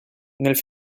nel